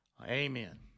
Amen